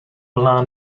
plná